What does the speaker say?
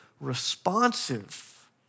responsive